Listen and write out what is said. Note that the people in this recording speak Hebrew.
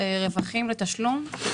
הרווחים ותשלום.